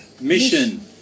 mission